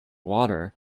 water